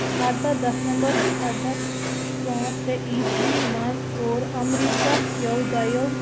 اَردہ دسمبر پانٛژھ ترٛےٚ عیسوی منٛز کور اَمریٖکا کیو دۄیو